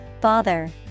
bother